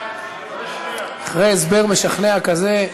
אחרי הסבר משכנע כזה,